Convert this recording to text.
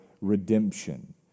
redemption